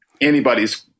anybody's